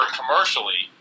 commercially